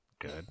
good